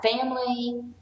family